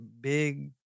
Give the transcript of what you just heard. big